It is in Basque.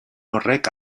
horrek